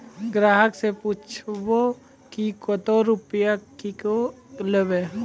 ग्राहक से पूछब की कतो रुपिया किकलेब?